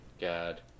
God